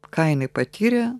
ką jinai patyrė